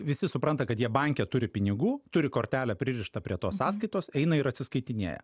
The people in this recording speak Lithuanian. visi supranta kad jie banke turi pinigų turi kortelę pririštą prie tos sąskaitos eina ir atsiskaitinėja